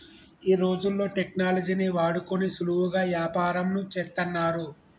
ఈ రోజుల్లో టెక్నాలజీని వాడుకొని సులువుగా యాపారంను చేత్తన్నారు